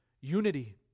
unity